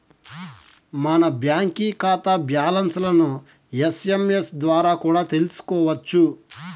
మన బాంకీ కాతా బ్యాలన్స్లను ఎస్.ఎమ్.ఎస్ ద్వారా కూడా తెల్సుకోవచ్చు